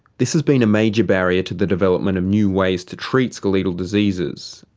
this has been a major barrier to the development of new ways to treat skeletal diseases,